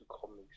comics